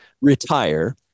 retire